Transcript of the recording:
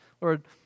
Lord